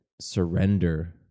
surrender